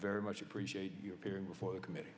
very much appreciate your appearing before the comm